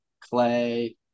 clay